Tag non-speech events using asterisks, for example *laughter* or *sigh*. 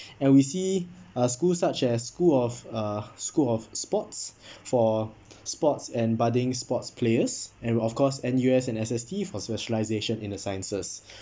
*breath* and we see a school such as school of uh school of sports for sports and budding sports players and of course N_U_S and S_S_T for specialisations in the sciences